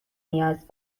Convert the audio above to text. نیاز